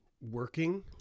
working